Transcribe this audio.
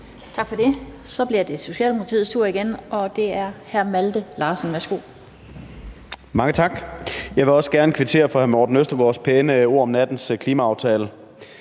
Tak for det. Så blev det Socialdemokratiets tur igen, og det er hr. Malte Larsen. Værsgo. Kl. 14:06 Malte Larsen (S): Mange tak. Jeg vil også gerne kvittere for hr. Morten Østergaards pæne ord om nattens klimaaftale.